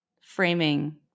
framing